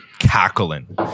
cackling